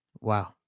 Wow